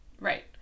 right